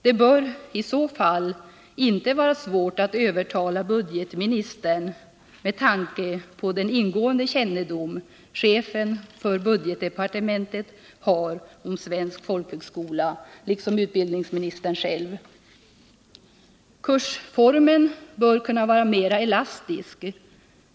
Det bör i så fall inte vara svårt att övertala budgetministern, med tanke på den ingående kännedom chefen för budgetdepartementet liksom även utbildningsministern har om svensk folkhögskola. Kursformen bör kunna vara mer elastisk.